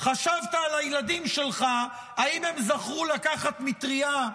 חשבת על הילדים שלך, האם הם זכרו לקחת מטריה,